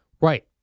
Right